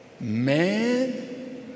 Man